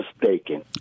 mistaken